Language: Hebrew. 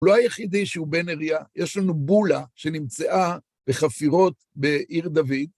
הוא לא היחידי שהוא בן ארייה, יש לנו בולה שנמצאה בחפירות בעיר דוד.